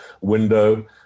window